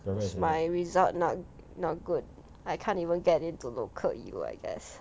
as my result not not good I can't even get into local U I guess